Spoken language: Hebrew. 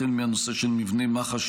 החל מהנושא של מבנה מח"ש,